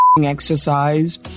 exercise